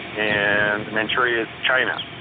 and manchuria's china.